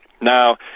Now